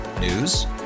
News